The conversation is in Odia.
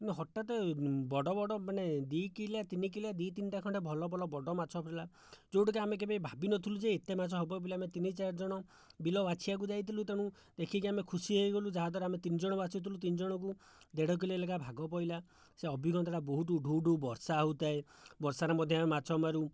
ହଠାତ ବଡ଼ ବଡ଼ ମାନେ ଦୁଇ କିଲିଆ ତିନି କିଲିଆ ଦୁଇ ତିନିଟା ଖଣ୍ଡେ ଭଲ ଭଲ ବଡ଼ ମାଛ ପଡ଼ିଲା ଯେଉଁଟାକି ଆମେ କେବେ ଭାବି ନଥିଲୁ ଯେ ଏତେ ମାଛ ହେବ ବୋଲି ଆମେ ତିନି ଚାରିଜଣ ବିଲ ବାଛିବାକୁ ଯାଇଥିଲୁ ତେଣୁ ଦେଖିକି ଆମେ ଖୁସି ହୋଇଗଲୁ ଯାହାଦ୍ୱାରା ଆମେ ତିନିଜଣ ବାଛୁଥିଲୁ ତିନିଜଣଙ୍କୁ ଦେଢ଼କିଲୋ ଲେଖାଏଁ ଭାଗ ପଡ଼ିଲା ସେଇ ଅଭିଜ୍ଞତାଟା ବହୁତ ଢୁ ଢୁ ବର୍ଷା ହେଉଥାଏ ବର୍ଷାରେ ମଧ୍ୟ ଆମେ ମାଛ ମାରୁ